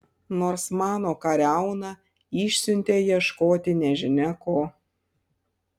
nors mano kariauną išsiuntei ieškoti nežinia ko